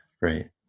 Right